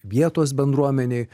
vietos bendruomenei